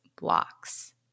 blocks